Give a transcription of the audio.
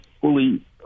fully